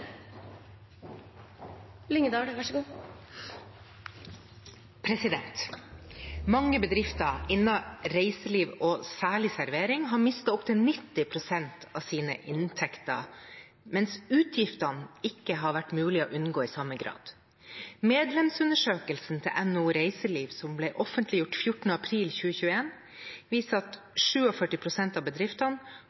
pengene ut så raskt de kan. «Mange bedrifter innen reiseliv og særlig servering har mistet opptil 90 pst. av sine inntekter, mens utgiftene ikke har vært mulig å unngå i samme grad. Medlemsundersøkelsen til NHO Reiseliv, offentliggjort 14. april 2021, viser at